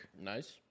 Nice